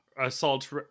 Assault